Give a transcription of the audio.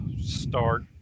start